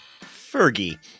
Fergie